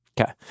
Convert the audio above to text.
Okay